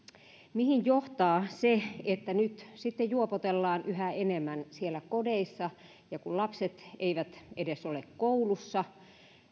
mihin johtaa se että nyt sitten juopotellaan yhä enemmän siellä kodeissa ja kun lapset eivät edes ole koulussa